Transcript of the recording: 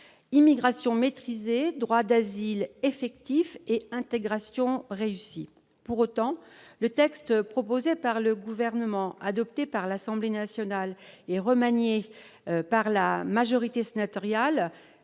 immigration maîtrisée »,« droit d'asile effectif »,« intégration réussie ». Pour autant, le texte proposé par le Gouvernement, adopté par l'Assemblée nationale et remanié par la majorité sénatoriale,